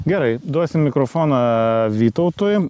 gerai duosim mikrofoną vytautui